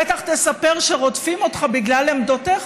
בטח תספר שרודפים אותך בגלל עמדותיך,